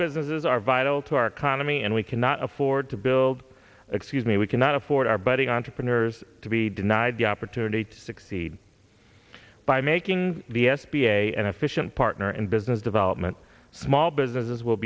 businesses are vital to our economy and we cannot afford to build excuse me we cannot afford our budding entrepreneurs to be denied the opportunity to succeed by making the s b a and efficient partner in business development small businesses will